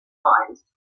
times